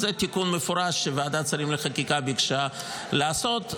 זה תיקון מפורש שוועדת השרים לחקיקה ביקשה לעשות.